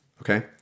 Okay